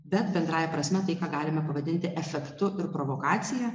bet bendrąja prasme tai ką galime pavadinti efektu ir provokacija